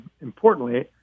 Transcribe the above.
importantly